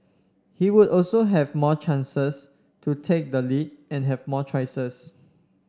he would also have more chances to take the lead and have more choices